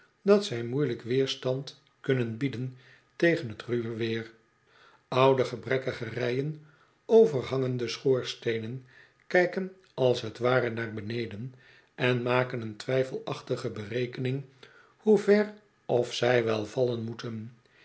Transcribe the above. dat zij moeielijk weerstand kunnen bieden tegen t ruwe weer oude gebrekkige rijen overhangende schoorsteenen kijken als t ware naar beneden en maken een twijfelachtige berekening hoe ver of zij wel vallen moeten